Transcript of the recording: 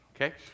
okay